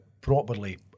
properly